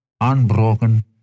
unbroken